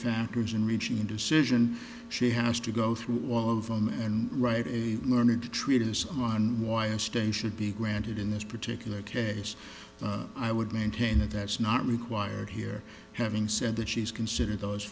factors in reaching a decision she has to go through all of them and write a learned treatise on why a stay should be granted in this particular case i would maintain that that's not required here having said that she's considered those